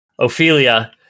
Ophelia